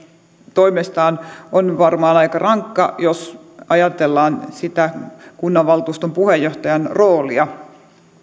toimestaan on varmaan aika rankka jos ajatellaan sitä kunnanvaltuuston puheenjohtajan roolia